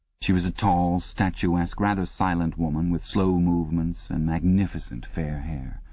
she was a tall, statuesque, rather silent woman with slow movements and magnificent fair hair.